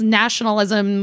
nationalism